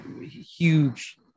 huge